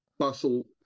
bustle